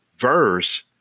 verse